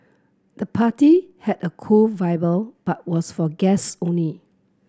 the party had a cool but was for guest only